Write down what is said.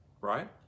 right